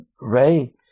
Ray